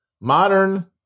modern